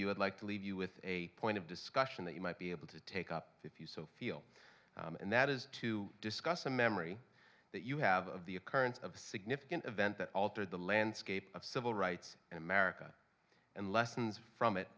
you would like to leave you with a point of discussion that you might be able to take up if you so feel and that is to discuss a memory that you have of the occurrence of a significant event that altered the landscape of civil rights in america and lessons from it